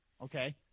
Okay